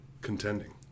contending